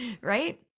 right